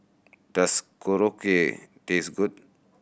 does Korokke taste good